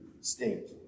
state